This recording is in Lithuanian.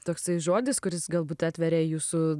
toksai žodis kuris galbūt atveria jūsų